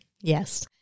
Yes